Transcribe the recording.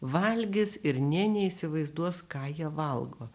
valgys ir nė neįsivaizduos ką jie valgo